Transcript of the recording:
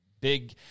big –